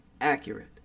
accurate